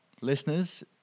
listeners